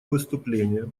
выступление